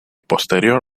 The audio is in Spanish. posterior